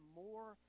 more